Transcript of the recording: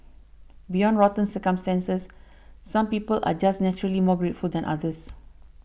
beyond rotten circumstances some people are just naturally more grateful than others